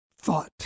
thought